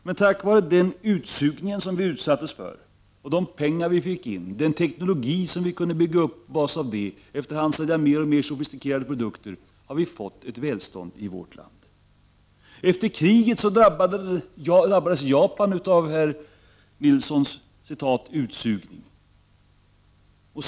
Men tack vare den ”utsugning” som vi utsattes för, de pengar som vi fick in och den teknologi som vi kunde bygga upp på bas av det och efter hand sälja mer och mer sofistikerade produkter har vi fått ett välstånd i vårt land. Efter kriget drabbades Japan av herr Nilsons ”utsugning”.